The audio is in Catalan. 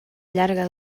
llarga